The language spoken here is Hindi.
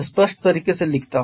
स्पष्ट तरीके से लिखता हूं